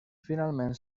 finalment